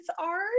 art